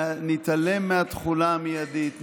נתעלם מהתחולה המיידית,